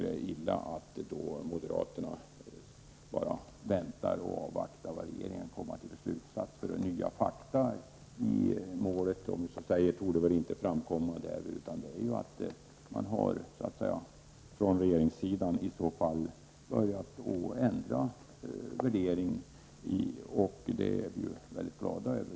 Det är illa att moderaterna bara väntar och avvaktar regeringens slutsats. Några nya fakta i målet torde väl inte framkomma. Regeringen har väl i så fall börjat ändra ståndpunkt, och det är vi mycket glada över.